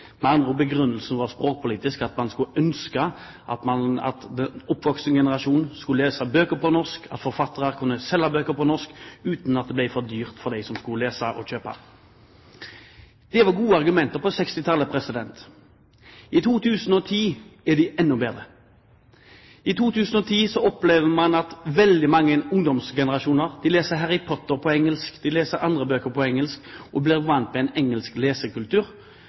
Med andre ord var begrunnelsen språkpolitisk. Man ønsket at den oppvoksende generasjon skulle lese bøker på norsk, at forfattere kunne selge bøker på norsk uten at det ble for dyrt for dem som skulle lese og kjøpe. Det var gode argumenter på 1960-tallet. I 2010 er de enda bedre. I 2010 opplever man at veldig mange i ungdomsgenerasjonen leser Harry Potter på engelsk, og de leser andre bøker på engelsk. De blir vant med en engelsk lesekultur